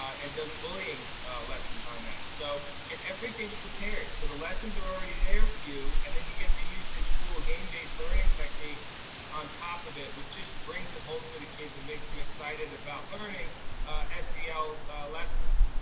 and does bullying lessons on that. so and everything's prepared. so the lessons are already there for you and then you get to use this cool game based learning technique on top of it which just brings it home for the kids and makes them excited about learning yeah sel lessons.